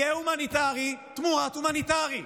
יהיה הומניטרי תמורת הומניטרי.